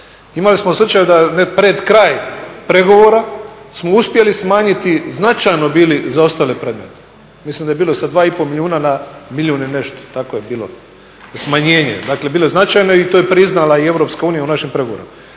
Imali smo slučaja ne pred kraj pregovora smo uspjeli smanjiti značajno bili zaostale predmete, mislim da je bilo sa 2,5 milijuna na milijun i nešto smanjenje, dakle bilo je značajno i to je priznala i EU u našim pregovorima,